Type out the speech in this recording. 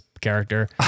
character